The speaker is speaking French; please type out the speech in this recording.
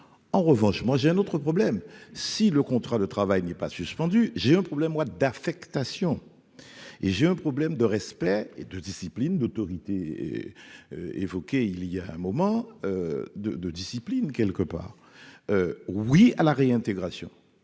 en revanche, moi j'ai un autre problème si le contrat de travail n'est pas suspendu, j'ai un problème moi d'affectation et j'ai un problème de respect et de discipline d'autorité évoqué il y a un moment de de discipline quelque part, oui à la réintégration